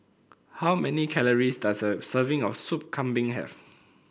how many calories does a serving of Sup Kambing have